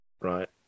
right